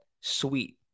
Sweet